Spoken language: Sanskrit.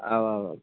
आमामाम्